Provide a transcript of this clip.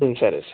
సరే సార్